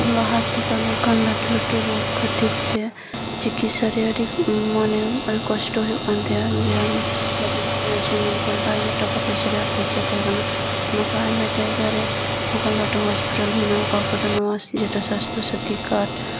ᱞᱟᱦᱟ ᱛᱮᱫᱚ ᱱᱚᱝᱠᱟᱱ ᱞᱟᱹᱴᱩ ᱞᱟᱹᱴᱩ ᱨᱳᱜᱽ ᱠᱷᱟᱹᱛᱤᱨ ᱛᱮ ᱪᱤᱠᱤᱥᱥᱟ ᱨᱮᱭᱟᱜ ᱟᱹᱰᱤ ᱢᱚᱱᱮ ᱟᱹᱰᱤ ᱠᱚᱥᱴᱚ ᱦᱩᱭᱩᱜ ᱠᱟᱱ ᱛᱟᱦᱮᱸᱜᱼᱟ ᱡᱮ ᱞᱟᱹᱴᱩ ᱞᱟᱹᱴᱩ ᱱᱟᱨᱥᱤᱝ ᱦᱳᱢ ᱠᱚᱨᱮᱫᱚ ᱟᱭᱢᱟ ᱴᱟᱠᱟ ᱯᱚᱭᱥᱟ ᱨᱮᱭᱟᱜ ᱠᱷᱚᱨᱪᱟ ᱛᱟᱦᱮᱸ ᱠᱟᱱᱟ ᱱᱚᱣᱟ ᱠᱷᱚᱡ ᱟᱭᱢᱟ ᱡᱟᱭᱜᱟ ᱨᱮ ᱱᱚᱝᱠᱟᱱ ᱞᱟᱹᱴᱩ ᱦᱚᱥᱯᱤᱴᱟᱞ ᱵᱮᱱᱟᱣ ᱠᱟᱜ ᱫᱚ ᱱᱚᱣᱟ ᱠᱚᱫᱚ ᱡᱮᱴᱟ ᱥᱟᱥᱛᱚᱥᱟᱛᱤ ᱠᱟᱨᱰ